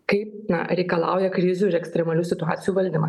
kaip na reikalauja krizių ir ekstremalių situacijų valdymas